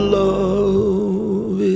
love